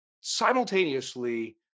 simultaneously